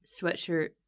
sweatshirt